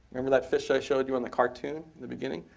remember that fish i showed you in the cartoon in the beginning?